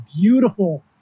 beautiful